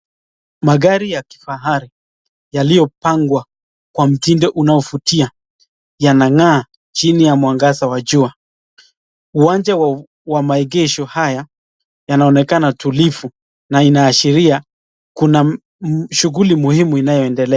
Magari yaliyo pangwa kwa mtindo inayafutia yanangaa chini ya mwangaza wa jua uwanja wa maegesho haya yanaonekana tulivu na inaashiria Kuna shughuli muhumi inayoendelea.